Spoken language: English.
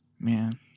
man